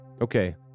Okay